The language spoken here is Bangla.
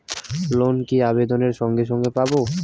লোন কি আবেদনের সঙ্গে সঙ্গে পাব?